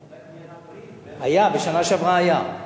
אולי תהיה ברית, היתה, בשנה שעברה היתה.